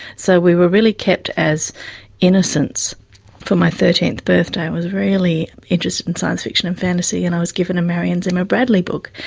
so we were really kept as innocents for my thirteenth birthday, i was really interested in science fiction and fantasy, and i was given a marion zimmer bradley book,